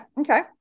okay